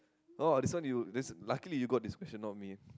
oh this one you this luckily you got this question not me ah